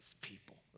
people